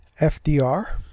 FDR